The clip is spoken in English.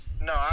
no